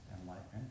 enlightenment